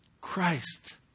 Christ